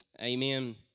Amen